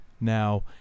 now